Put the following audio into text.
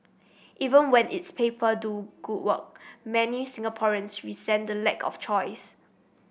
even when its paper do good work many Singaporeans resent the lack of choice